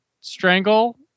strangle